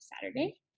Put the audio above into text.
Saturday